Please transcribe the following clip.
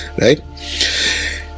Right